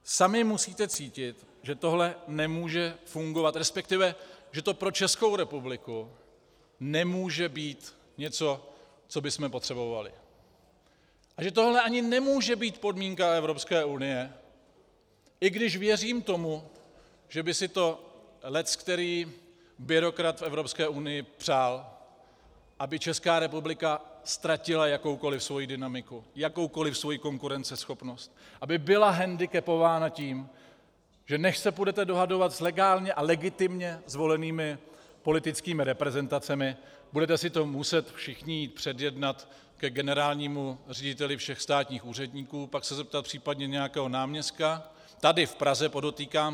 Sami musíte cítit, že tohle nemůže fungovat, resp. že to pro Českou republiku nemůže být něco, co bychom potřebovali, a že tohle ani nemůže být podmínka Evropské unie, i když věřím tomu, že by si to leckterý byrokrat v Evropské unii přál, aby Česká republika ztratila jakoukoli svoji dynamiku, jakoukoli svoji konkurenceschopnost, aby byla hendikepována tím, že než se budete dohadovat s legálně a legitimně zvolenými politickými reprezentacemi, budete si to muset všichni jít předjednat ke generálnímu řediteli všech státních úředníků, pak se zeptat případně nějakého náměstka tady v Praze, podotýkám.